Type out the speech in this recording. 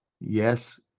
yes